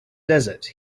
desert